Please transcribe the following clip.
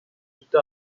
yüzde